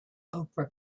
oprah